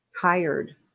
hired